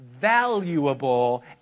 valuable